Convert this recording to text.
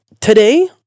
today